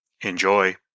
Enjoy